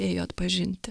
ėjo atpažinti